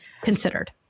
considered